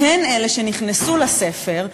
שהן אלה שנכנסו לספר,